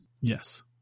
Yes